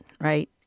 right